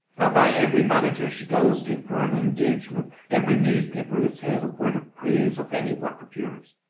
i'll buy every manager she goes to for an engagement, every newspaper that says a word of praise of any work of yours.